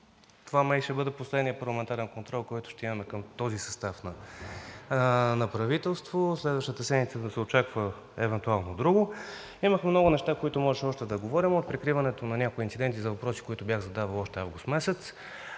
това май ще бъде последният парламентарен контрол, който ще имаме с този състав на правителство, а следващата седмица се очаква евентуално друго. Имахме много неща, по които можеше да говорим – от прикриването на някои инциденти и въпроси, които бях задал още през август месец,